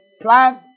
plant